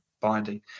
binding